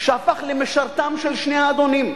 שהפך למשרתם של שני האדונים,